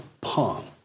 palm